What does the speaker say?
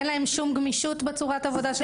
אין להן שום גמישות בצורת העבודה.